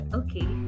okay